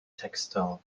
textile